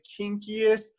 kinkiest